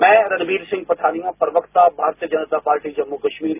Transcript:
मैं रणबीर सिंह पठानीय पर्वत का भारतीय जनता पार्टी जम्मू कश्मीर